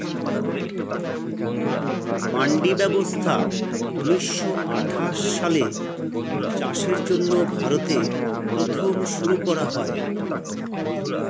মান্ডি ব্যবস্থা ঊন্নিশো আঠাশ সালে চাষের জন্য ভারতে প্রথম শুরু করা হয়